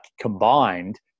combined